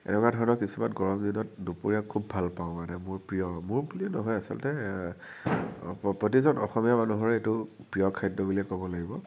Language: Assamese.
এনেকুৱা ধৰণৰ কিছুমান গৰম দিনত দুপৰীয়া খুব ভালপাওঁ মানে মোৰ প্ৰিয় মোৰ বুলিয়েই নহয় আচলতে প্ৰতিজন অসমীয়া মানুহৰে এইটো প্ৰিয় খাদ্য় বুলিয়ে ক'ব লাগিব